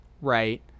right